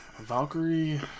Valkyrie